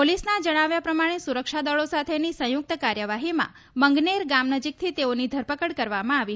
પોલિસના જણાવ્યા પ્રમાણે સુરક્ષાદળો સાથેની સંયૂક્ત કાર્યવાહીમાં મંગતેર ગામ નજીકથી તેઓની ધરપકડ કરવામાં આવી હતી